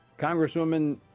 congresswoman